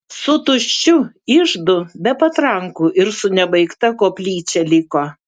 su tuščiu iždu be patrankų ir su nebaigta koplyčia liko